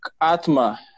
Atma